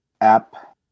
app